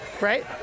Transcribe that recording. right